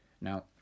Now